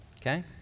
okay